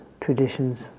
traditions